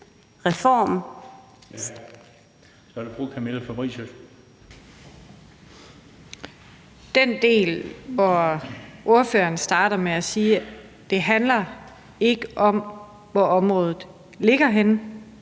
Den del, hvor ordføreren starter med at sige, at det ikke handler om, hvor området ligger henne;